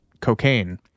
cocaine